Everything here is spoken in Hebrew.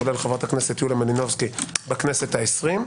כולל חברת הכנסת יוליה מלינובסקי בכנסת ה-20.